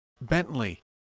Bentley